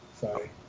Sorry